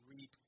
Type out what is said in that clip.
reap